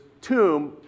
tomb